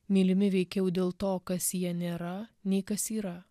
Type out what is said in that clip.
mylimi veikiau dėl to kas jie nėra nei kas yra